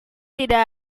tidak